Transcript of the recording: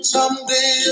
Someday